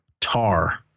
Tar